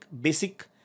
basic